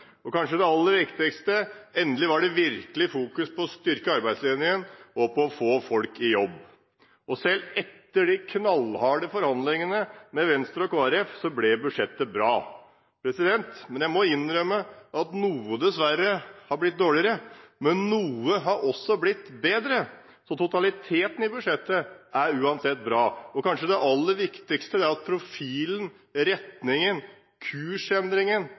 – kanskje det aller viktigste – endelig ble det virkelig fokusert både på å styrke arbeidslinjen og på å få folk i jobb. Selv etter de knallharde forhandlingene med Venstre og Kristelig Folkeparti ble budsjettet bra. Jeg må innrømme at noe dessverre har blitt dårligere, men noe har også blitt bedre, så totaliteten i budsjettet er uansett bra. Og det kanskje aller viktigste er at profilen, retningen og kursendringen